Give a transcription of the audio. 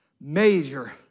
major